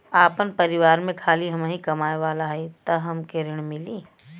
आपन परिवार में खाली हमहीं कमाये वाला हई तह हमके ऋण मिली?